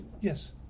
Yes